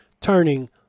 turning